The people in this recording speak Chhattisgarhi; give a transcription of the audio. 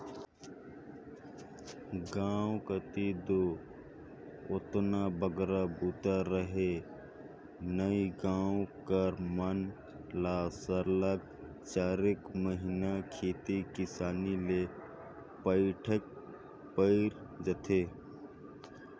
गाँव कती दो ओतना बगरा बूता रहें नई गाँव कर मन ल सरलग चारिक महिना खेती किसानी ले पइठेक पइर जाथे